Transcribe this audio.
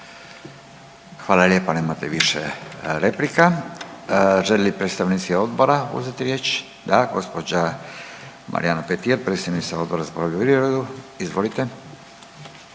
Hvala lijepa nemate više replika. Žele li predstavnici odbora uzeti riječ? Da, gospođa Marijana Petir predsjednica Odbora za poljoprivredu. Izvolite.